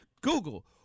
Google